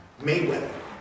Mayweather